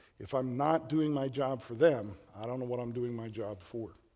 if i'm not doing my job for them, i don't know what i'm doing my job for.